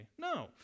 No